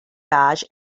badge